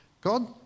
God